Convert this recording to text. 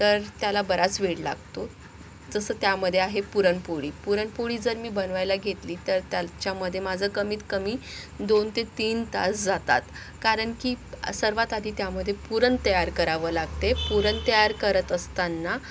तर त्याला बराच वेळ लागतो जसं त्यामधे आहे पुरणपोळी पुरणपोळी जर मी बनवायला घेतली तर त्याच्यामधे माझं कमीतकमी दोन ते तीन तास जातात कारण की सर्वात आधी त्यामधे पुरण तयार करावं लागते पुरण तयार करत असताना